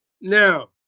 Now